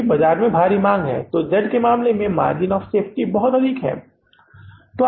अगर बाजार में भारी मांग है तो परियोजना Z के मामले में मार्जिन ऑफ़ सेफ्टी काफी अधिक है